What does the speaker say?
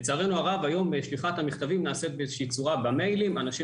לצערנו הרב היום שליחת המכתבים נעשית במיילים ואנשים